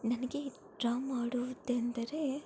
ನನಗೆ ಡ್ರಾ ಮಾಡುವುದೆಂದರೆ